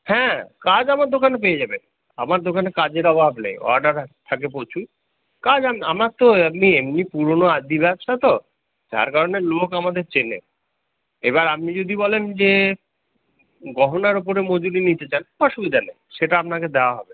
হ্যাঁ কাজ আমার দোকানে পেয়ে যাবেন আমার দোকানে কাজের অভাব নেই অর্ডার থাকে প্রচুর কাজ আমার তো এমনি এমনি পুরনো আদি ব্যবসা তো যার কারণে লোক আমাদের চেনে এবার আপনি যদি বলেন যে গহনার ওপরে মজুরি নিতে চান অসুবিধা নেই সেটা আপনাকে দেওয়া হবে